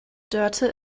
dörte